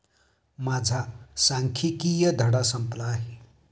माझा सांख्यिकीय धडा संपला आहे